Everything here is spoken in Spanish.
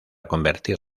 convertir